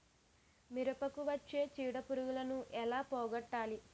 మిరపకు వచ్చే చిడపురుగును ఏల పోగొట్టాలి?